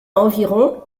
environ